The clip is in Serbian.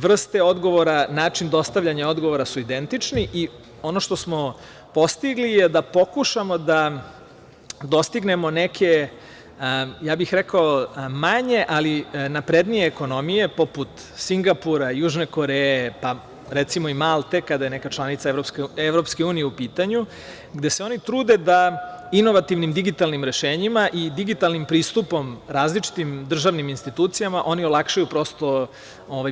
Vrste odgovora, način dostavljanja odgovora su identični i ono što smo postigli je da pokušamo da dostignemo neke manje, ali naprednije ekonomije, poput Singapura, Južne Koreje, pa recimo i Malte, kada je neka članica EU u pitanju, gde se oni trude da inovativnim digitalnim rešenjima i digitalnim pristupom različitim državnim institucijama oni olakšaju, prosto,